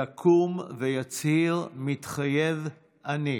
יקום ויצהיר: "מתחייב אני".